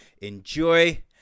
enjoy